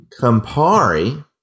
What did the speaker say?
Campari